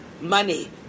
Money